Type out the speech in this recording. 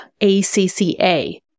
A-C-C-A